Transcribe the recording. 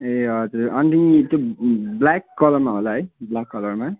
ए हजुर अनि त्यो ब्ल्याक कलरमा होला है ब्ल्याक कलरमा